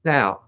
Now